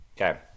Okay